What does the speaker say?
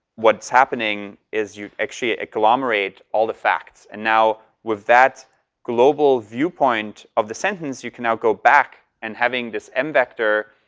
what's happening is you actually ah agglomerate all the facts. and now, with that global viewpoint of the sentence, you can now go back. and having this m vector,